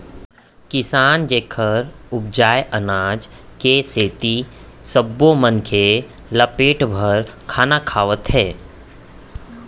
किसान जेखर उपजाए अनाज के सेती सब्बो मनखे ल पेट भर खाना खावत हे